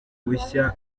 bushya